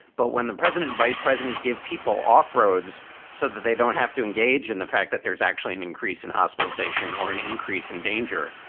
but when the president, vice president, give people off roads so that they don't have to engage in the fact that there's actually an increase in hospitalization or an increase in danger,